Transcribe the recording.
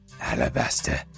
Alabaster